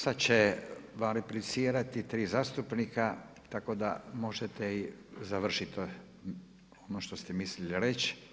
Sad će valiplicirati 3 zastupnika, tako da možete i završiti ono što ste mislili reći.